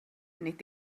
nid